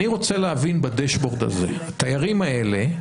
אני רוצה להבין בדשבורד הזה, התיירים האלה,